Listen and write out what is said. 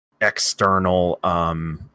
external